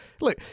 Look